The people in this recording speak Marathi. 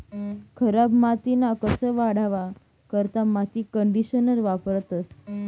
खराब मातीना कस वाढावा करता माती कंडीशनर वापरतंस